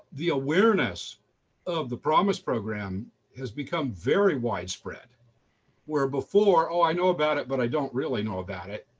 the awareness of the promise program has become very widespread where before oh, i know about it, but i don't really know about it.